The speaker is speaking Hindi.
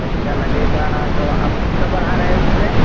पैसा लगेगा तो आप कितना बढ़ा रहे उसमें